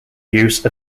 use